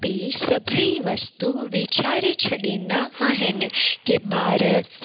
पीउ सभेई वस्तू विचारे छॾींदा आहिनि की ॿार